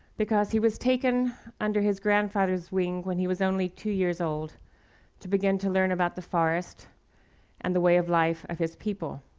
because he was taken under his grandfather's wing when he was only two years old to begin to learn about the forest and the way of life of his people.